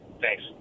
Thanks